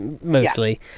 mostly